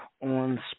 on